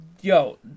Yo